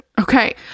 okay